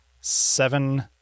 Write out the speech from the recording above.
seven